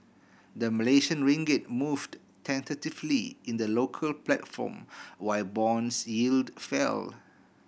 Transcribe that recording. the Malaysian ringgit moved tentatively in the local platform while bonds yield fell